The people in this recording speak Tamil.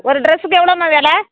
ஒரு டிரஸ்க்கு எவ்வளோம்மா வெலை